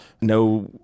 no